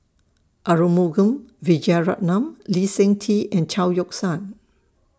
Arumugam Vijiaratnam Lee Seng Tee and Chao Yoke San